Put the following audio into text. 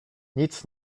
nic